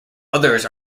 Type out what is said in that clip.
others